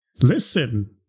Listen